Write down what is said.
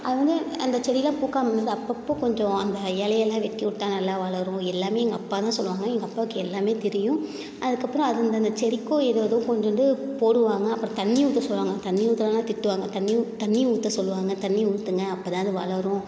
அது வந்து அந்தச் செடி எல்லாம் பூக்காமல் இருந்தது அப்போப்போ கொஞ்சம் அந்த இலையெல்லாம் வெட்டி விட்டா நல்லா வளரும் எல்லாமே எங்கள் அப்பா தான் சொல்வாங்க எங்கள் அப்பாவுக்கு எல்லாமே தெரியும் அதுக்கப்பறம் அந்தந்த செடிக்கும் ஏதேதோ கொண்டு வந்து போடுவாங்க அப்பறம் தண்ணி ஊற்றச் சொல்வாங்க தண்ணி ஊற்றலனா திட்டுவாங்க தண்ணி ஊத்தி தண்ணி ஊற்றச் சொல்வாங்க தண்ணி ஊற்றுங்க அப்போ தான் அது வளரும்